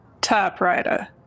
typewriter